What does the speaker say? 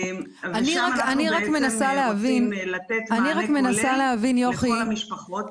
שם אנחנו מנסים לתת מענה כולל לכל המשפחות